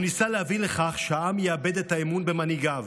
הוא ניסה להביא לכך שהעם יאבד את האמון במנהיגיו,